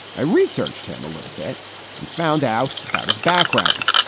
i researched him a little bit and found out about his background.